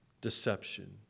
deception